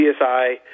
CSI